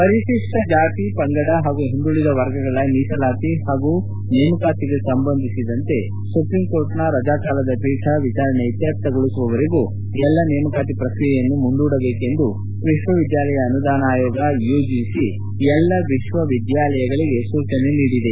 ಪರಿಶಿಷ್ವ ಜಾತಿ ಪಂಗಡ ಹಾಗೂ ಹಿಂದುಳಿದ ವರ್ಗಗಳ ಮೀಸಲಾತಿ ಹಾಗೂ ನೇಮಕಾತಿಗೆ ಸಂಬಂಧಿಸಿದಂತೆ ಸುಪ್ರೀಂ ಕೋರ್ಟ್ನ ರಜಾ ಕಾಲದ ಪೀಠ ವಿಚಾರಣೆ ಇತ್ಯರ್ಥಗೊಳಿಸುವವರೆಗೂ ಎಲ್ಲ ನೇಮಕಾತಿ ಪ್ರಕ್ರಿಯೆಯನ್ನು ಮುಂದೂಡಬೇಕೆಂದು ವಿಶ್ವವಿದ್ಯಾಲಯ ಅನುದಾನ ಆಯೋಗ ಯುಜಿಸಿ ಎಲ್ಲ ವಿಶ್ವವಿದ್ಯಾಲಯಗಳಿಗೆ ಸೂಚನೆ ನೀಡಿದೆ